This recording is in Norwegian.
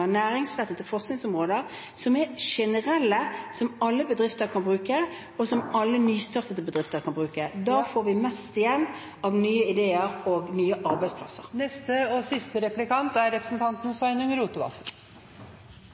forskningsområder som er generelle, som alle bedrifter kan bruke, og som alle nystartede bedrifter kan bruke. Da får vi mest igjen av nye ideer og nye arbeidsplasser. Sveinung Rotevatn – til oppfølgingsspørsmål. Når land opplever lågkonjunktur og